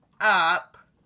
up